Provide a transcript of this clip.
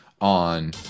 on